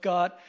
God